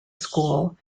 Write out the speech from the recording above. school